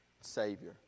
Savior